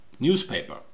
newspaper